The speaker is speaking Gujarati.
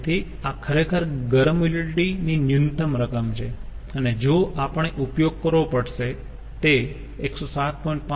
તેથી આ ખરેખર ગરમ યુટિલિટી ની ન્યૂનતમ રકમ છે અને જેનો આપણે ઉપયોગ કરવો પડશે તે 107